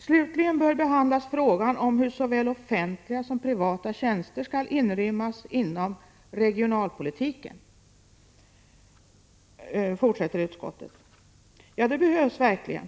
”Slutligen bör behandlas frågan om hur såväl offentliga som privata tjänster skall inrymmas inom regionalpolitiken”, fortsätter utskottet. Ja, det behövs verkligen.